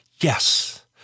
yes